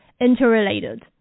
interrelated